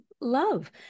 love